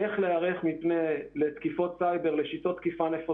איך להיערך להגנה מתקיפות סייבר נפוצות,